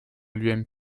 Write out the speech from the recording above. l’ump